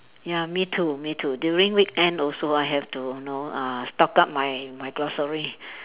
ya me too me too during weekend also I have to you know uh stock up my my grocery